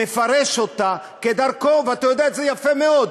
מפרש אותה כדרכו, ואתה יודע את זה יפה מאוד.